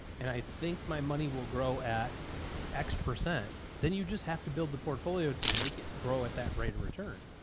and i think my money will grow at x percent, then you just have to build the portfolio to make it grow at that rate of return.